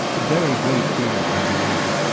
very great fear, i believe.